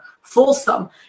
fulsome